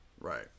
Right